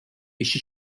işçi